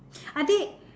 are they